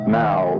now